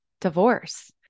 divorce